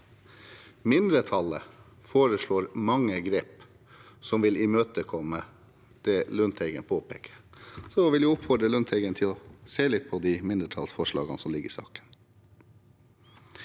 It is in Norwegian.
mindretallet foreslår mange grep som ville imøtekomme det Lundteigen påpeker. Så jeg vil oppfordre ham til å se litt på de mindretallsforslagene som foreligger i saken.